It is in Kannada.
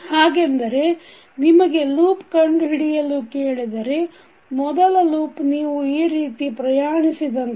ಹಾಗೆಂದರೆ ನಿಮಗೆ ಲೂಪ್ ಕಂಡು ಹಿಡಿಯಲು ಕೇಳಿದರೆ ಮೊದಲ ಲೂಪ್ ನೀವು ಈ ರೀತಿ ಪ್ರಯಾಣಿಸಿದಂತೆ